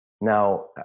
Now